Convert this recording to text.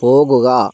പോകുക